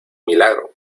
milagro